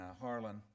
Harlan